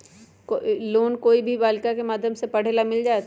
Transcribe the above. Loan कोई भी बालिका के माध्यम से पढे ला मिल जायत?